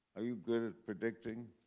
are you good at predicting?